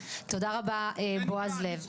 תודה רבה לבעז לב,